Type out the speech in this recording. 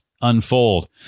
unfold